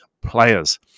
players